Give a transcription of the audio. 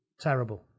Terrible